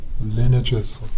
lineages